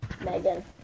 Megan